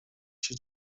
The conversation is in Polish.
się